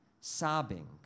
Sobbing